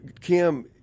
Kim